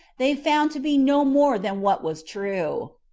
they found to be no more than what was true.